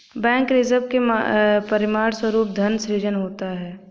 bank reserve के परिणामस्वरूप धन सृजन होता है